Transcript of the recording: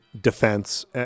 defense